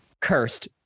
cursed